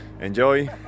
enjoy